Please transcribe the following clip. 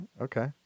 okay